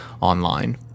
online